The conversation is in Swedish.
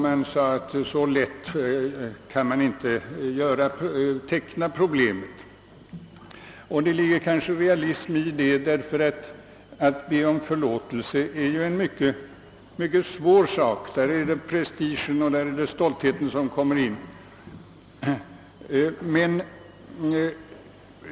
Man menade att så lättvindigt kunde inte en lösning nås. Det ligger kanske en viss realism i detta, eftersom det är svårt att be om förlåtelse; prestigen och stoltheten kommer därvid in i bilden.